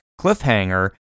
cliffhanger